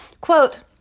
Quote